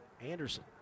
Anderson